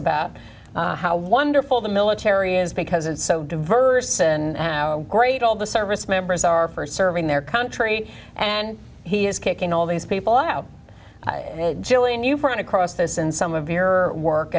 about how wonderful the military is because it's so diverse an ad great all the service members are for serving their country and he is kicking all these people out jillian you for an across this in some of your work